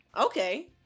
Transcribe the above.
Okay